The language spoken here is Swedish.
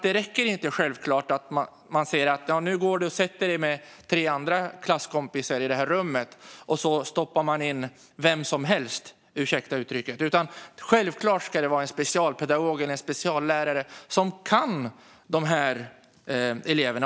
Det räcker inte med att man låter eleven gå och sätta sig med tre klasskompisar i ett rum, och så stoppar man in vem som helst - ursäkta uttrycket - som ska ta hand om dem. Självklart ska det vara en specialpedagog eller en speciallärare som kan dessa elever.